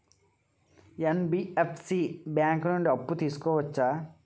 NBFC bank నుండి అప్పు తీసుకోవచ్చా?